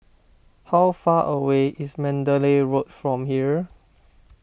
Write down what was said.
how far away is Mandalay Road from here